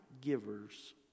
givers